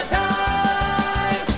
time